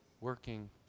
working